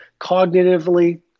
cognitively